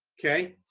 okay?